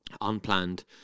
unplanned